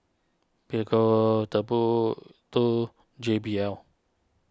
Prego Timbuk two J B L